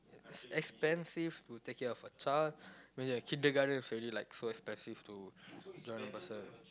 it's expensive to take care of a child when you're kindergarten it's already like so expensive to join one person